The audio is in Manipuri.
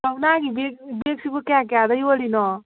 ꯀꯧꯅꯥꯒꯤ ꯕꯦꯛ ꯕꯦꯛꯁꯤꯕꯨ ꯀꯌꯥ ꯀꯌꯥꯗ ꯌꯣꯜꯂꯤꯅꯣ